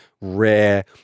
rare